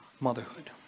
motherhood